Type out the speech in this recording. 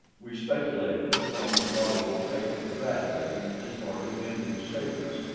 we speculated upon the probable fate of bradley and his party of english sailors.